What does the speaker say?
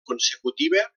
consecutiva